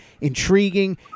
intriguing